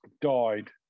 died